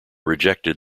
rejected